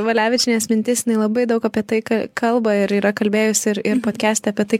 valevičienės mintis jinai labai daug apie tai ka kalba ir yra kalbėjusi ir ir podkeste apie tai